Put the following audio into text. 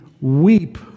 weep